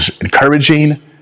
encouraging